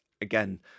again